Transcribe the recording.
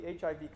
HIV